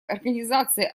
организации